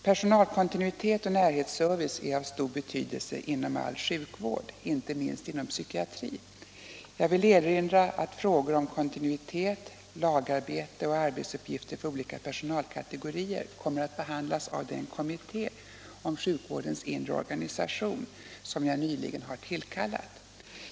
Personalkontinuitet och närhetsservice är av stor betydelse inom all sjukvård, inte minst inom psykiatri. Jag vill peka på att frågor om kontinuitet, lagarbete och arbetsuppgifter för olika personalkategorier kommer att behandlas av den kommitté om sjukvårdens inre organisation som jag nyligen har tillkallat.